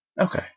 Okay